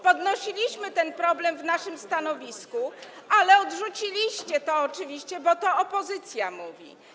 Podnosiliśmy ten problem w naszym stanowisku, ale odrzuciliście to oczywiście, bo to opozycja mówi.